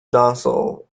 docile